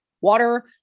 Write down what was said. water